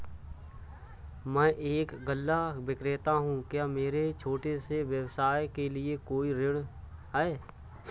मैं एक गल्ला विक्रेता हूँ क्या मेरे छोटे से व्यवसाय के लिए कोई ऋण है?